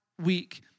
week